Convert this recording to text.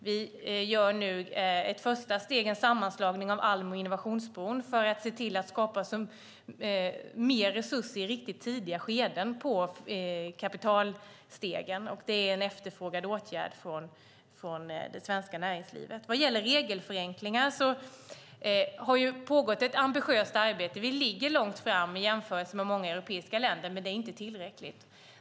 Vi tar ett första steg och gör en sammanslagning av Almi och Innovationsbron för att se till att skapa mer resurser i riktigt tidiga skeden på kapitalstegen. Det är en efterfrågad åtgärd från det svenska näringslivet. Vad gäller regelförenklingar har det pågått ett ambitiöst arbete. Vi ligger långt fram i jämförelse med många andra europeiska länder. Men det är inte tillräckligt.